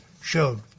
showed